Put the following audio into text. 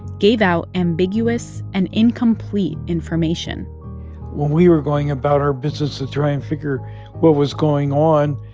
gave out ambiguous and incomplete information when we were going about our business to try and figure what was going on,